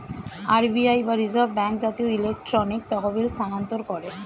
RBI বা reserve bank জাতীয় electronic তহবিল স্থানান্তর করে